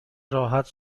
راحت